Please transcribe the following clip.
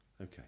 Okay